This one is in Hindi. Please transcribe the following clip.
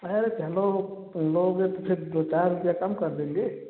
लोगे तो फिर दो चार रुपया कम कर देंगे